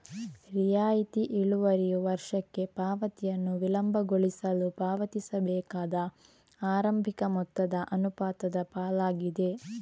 ರಿಯಾಯಿತಿ ಇಳುವರಿಯು ವರ್ಷಕ್ಕೆ ಪಾವತಿಯನ್ನು ವಿಳಂಬಗೊಳಿಸಲು ಪಾವತಿಸಬೇಕಾದ ಆರಂಭಿಕ ಮೊತ್ತದ ಅನುಪಾತದ ಪಾಲಾಗಿದೆ